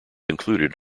included